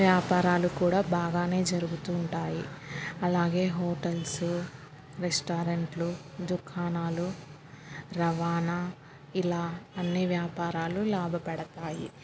వ్యాపారాలు కూడా బాగానే జరుగుతూ ఉంటాయి అలాగే హోటల్స్ రెస్టారెంట్లు దుకాణాలు రవాణా ఇలా అన్ని వ్యాపారాలు లాభపడతాయి